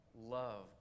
love